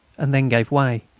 and then gave way,